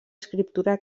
escriptura